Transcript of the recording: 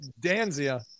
danzia